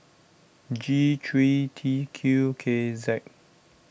G three T Q K Z